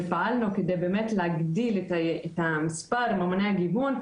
ופעלנו כדי להגדיל את מספרם של ממוני הגיוון.